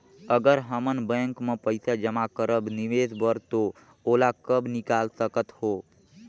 अगर हमन बैंक म पइसा जमा करब निवेश बर तो ओला कब निकाल सकत हो?